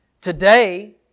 Today